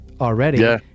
already